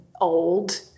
old